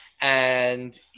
and-